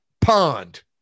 pond